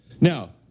Now